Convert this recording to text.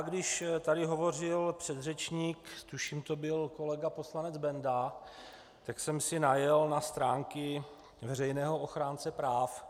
Když tady hovořil předřečník, tuším to byl kolega poslanec Benda, najel jsem si na stránky veřejného ochránce práv.